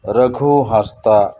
Raghu Hansda